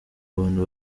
abantu